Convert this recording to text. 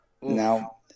Now